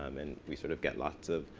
um and we sort of get lots of